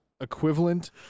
equivalent